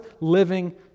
living